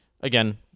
again